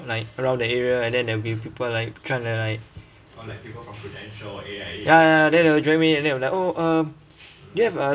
like around the area and there will be people like trying to like ya ya then they'll drag me and then I'm like oh um do you have uh